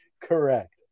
Correct